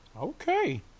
Okay